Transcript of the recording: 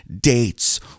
dates